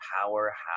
powerhouse